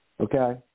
Okay